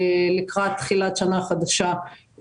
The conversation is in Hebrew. לקראת תחילת שנה חדשה,